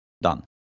Done